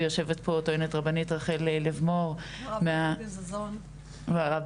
ויושבת פה טוענת רבנית רחל לב מור והרב בן זזון מהראשונים